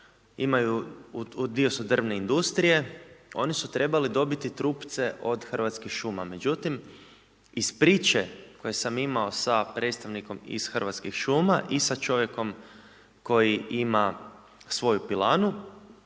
dio su drvne industrije oni su trebali dobiti trupce od Hrvatskih šuma, međutim iz priče koju sam imao sa predstavnikom iz Hrvatskih šuma i sa čovjekom koji ima svoju pilanu